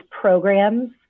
programs